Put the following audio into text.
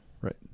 Right